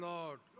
Lord